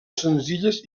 senzilles